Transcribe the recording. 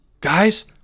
guys